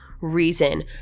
reason